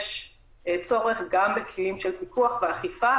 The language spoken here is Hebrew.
יש צורך גם בכלים של פיקוח ואכיפה,